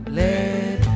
let